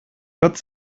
gott